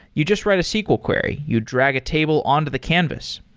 you just write a sql query. you drag a table on to the canvas.